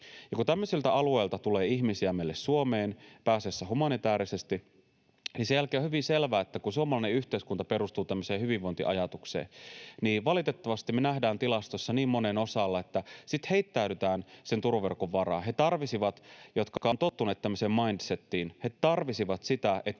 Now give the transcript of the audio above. kun tämmöisiltä alueilta tulee ihmisiä meille Suomeen, pääasiassa humanitäärisesti, niin sen jälkeen on hyvin selvää, että kun suomalainen yhteiskunta perustuu tämmöiseen hyvinvointiajatukseen, niin valitettavasti me nähdään tilastoissa niin monen osalta, että sitten heittäydytään sen turvaverkon varaan. He, jotka ovat tottuneet tämmöiseen mindsetiin, tarvitsisivat sitä, että